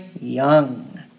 young